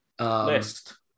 List